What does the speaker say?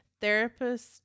therapists